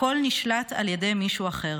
הכול נשלט על ידי מישהו אחר.